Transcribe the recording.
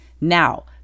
Now